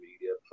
media